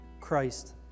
Christ